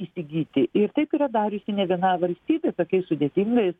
įsigyti ir taip yra dariusi ne viena valstybė tokiais sudėtingais